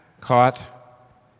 caught